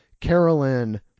carolyn